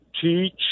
teach